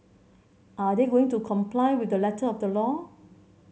are they going to comply with the letter of the law